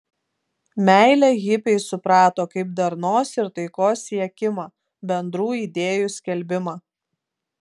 meilę hipiai suprato kaip darnos ir taikos siekimą bendrų idėjų skelbimą